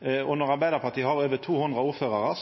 Når Arbeidarpartiet har over 200 ordførarar,